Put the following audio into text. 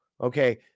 Okay